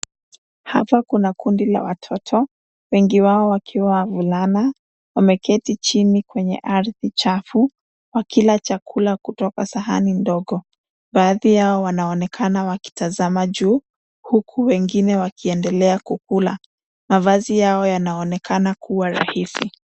Hapa kuna kundi la watoto, wengi wao wakiwa wavulana. Wameketi chini kwenye ardhi chafu wakila chakula kutoka kwa sahani ndogo. Baadhi yao wanaonekana wakitazama juu huku wengine wakiendelea kukula. Mavazi yao yanaonekana kuwa rahisi.